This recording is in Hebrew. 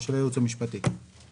של הייעוץ המשפטי של הוועדה כאן.